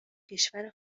کشور